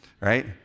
right